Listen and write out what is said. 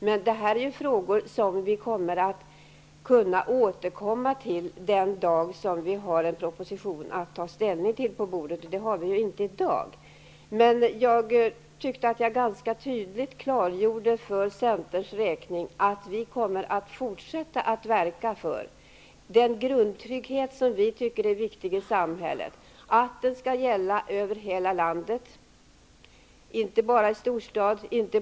Men det är frågor som vi kommer att kunna återkomma till den dag vi har en proposition på bordet att ta ställning till. Det har vi inte i dag. Jag tyckte att jag ganska tydligt klargjorde att vi för centerns räkning kommer att fortsätta att verka för den grundtrygghet som vi tycker är viktig i samhället och för att den skall gälla över hela landet, och inte bara i storstad.